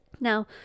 Now